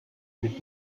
mit